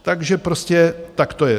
Takže prostě tak to je.